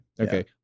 Okay